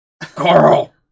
Carl